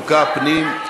חוקה, פנים.